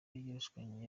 y’irushanwa